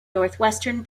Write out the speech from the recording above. northwestern